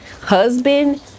husband